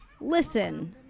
listen